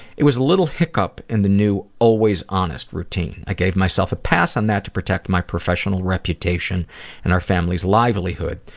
it was a little hiccup in the new always honest routine. i gave myself a pass on that to protect my professional reputation and our family's livelihood.